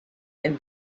and